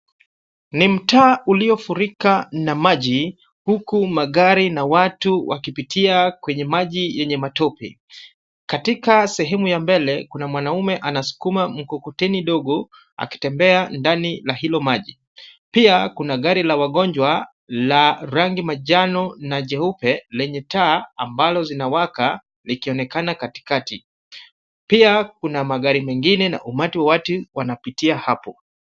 Ni mtaa uliofurika na maji, huku magari na watu wakipitia kwenye maji yenye matope. Katika sehemu ya mbele kuna mwanaume anasukuma mkokoteni ndogo, akitembea ndani la hilo maji. Pia kuna gari la wagonjwa la rangi majano na jeupe, lenye taa ambalo zinawaka likionekana katikati. Pia kuna magari mengine na umati wa watu wanapitia hapo.